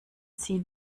ziehen